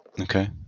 Okay